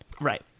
Right